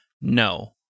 No